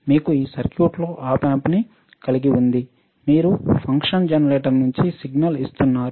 మీకు ఈ సర్క్యూట్ లో ఆప్ ఆంప్ ని కలిగి ఉంది మీరు ఫంక్షన్ జెనరేటర్ నుండి సిగ్నల్ ఇస్తున్నారు